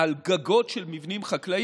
על גגות של מבנים חקלאיים,